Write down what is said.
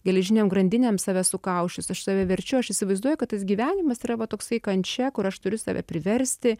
geležinėm grandinėm save sukausčius aš save verčiu aš įsivaizduoju kad tas gyvenimas yra va toksai kančia kur aš turiu save priversti